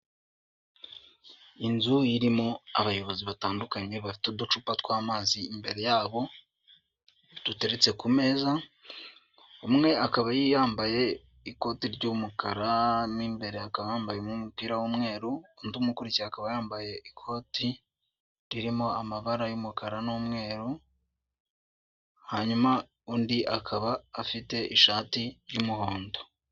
Inzu irimo abayobozi batandukanye bafite uducupa tw'amazi imbere yabo, duteretse ku meza, umwe akaba yambaye ikoti ry'umukara n'imbere akaba yambaye mo umupira w'umweru, undi akaba yambaye ikoti ririmo amabara y'umukara n'umweru, hanyuma undi akaba afite ishati y'umuhondo.